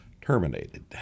Terminated